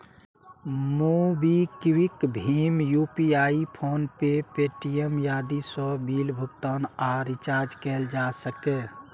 MobiKwik, भीम UPI, PhonePe, Paytm आदि सं बिल भुगतान आ रिचार्ज कैल जा सकैए